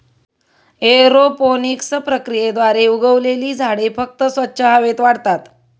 aeroponics प्रक्रियेद्वारे उगवलेली झाडे फक्त स्वच्छ हवेत वाढतात